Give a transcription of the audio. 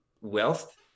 wealth